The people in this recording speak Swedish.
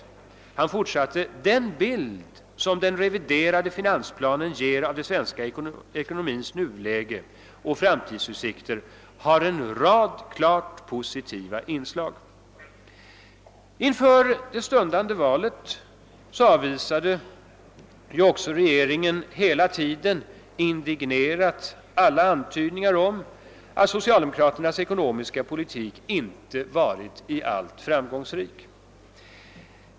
Han fortsatte: »Den bild som den reviderade finansplanen ger av den svenska ekonomins nuläge och framtidsutsikter har en rad klart positiva inslag.» Inför det stundande valet avvisade regeringen vidare indignerat alla antydningar om att socialdemokraternas ekonomiska politik inte varit i allt framgångsrik.